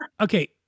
okay